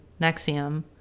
Nexium